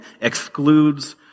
excludes